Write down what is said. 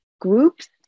groups